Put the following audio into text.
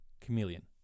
Chameleon